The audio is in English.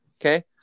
Okay